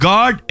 God